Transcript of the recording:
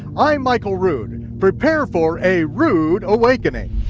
i'm michael rood, prepare for a rood awakening.